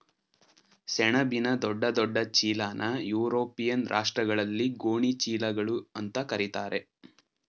ಸೆಣಬಿನ ದೊಡ್ಡ ದೊಡ್ಡ ಚೀಲನಾ ಯುರೋಪಿಯನ್ ರಾಷ್ಟ್ರಗಳಲ್ಲಿ ಗೋಣಿ ಚೀಲಗಳು ಅಂತಾ ಕರೀತಾರೆ